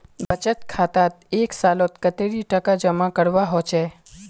बचत खातात एक सालोत कतेरी टका जमा करवा होचए?